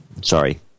Sorry